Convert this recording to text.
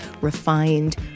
refined